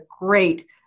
great